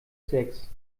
sechs